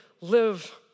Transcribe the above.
live